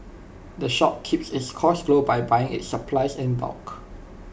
the shop keeps its cost low by buying its supplies in bulk